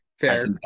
Fair